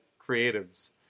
creatives